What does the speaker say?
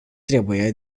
trebuie